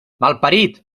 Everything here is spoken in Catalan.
malparit